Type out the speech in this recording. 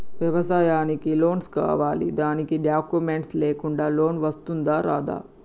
వ్యవసాయానికి లోన్స్ కావాలి దానికి డాక్యుమెంట్స్ లేకుండా లోన్ వస్తుందా రాదా?